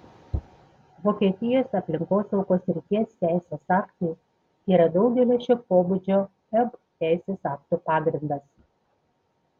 vokietijos aplinkosaugos srities teisės aktai yra daugelio šio pobūdžio eb teisės aktų pagrindas